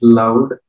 loud